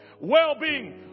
well-being